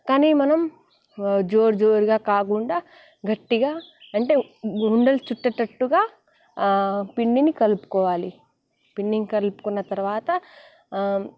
కానీ మనం జోరు జోరుగా కాకుండా గట్టిగా అంటే ఉండలు చుట్టేటట్టుగా ఆ పిండిని కలుపుకోవాలి పిండిని కలుపుకున్న తర్వాత